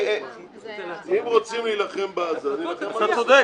אם רוצים להילחם בזה, להילחם